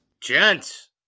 Gents